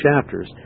chapters